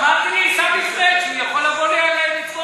אמרתי לעיסאווי פריג' שהוא יכול לבוא לטבול.